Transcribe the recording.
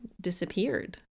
disappeared